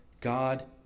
God